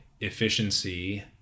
efficiency